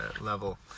level